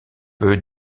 peu